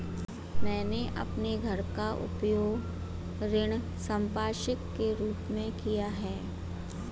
मैंने अपने घर का उपयोग ऋण संपार्श्विक के रूप में किया है